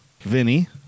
Vinny